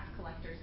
collectors